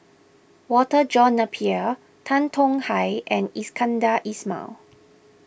Walter John Napier Tan Tong Hye and Iskandar Ismail